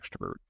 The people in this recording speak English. extrovert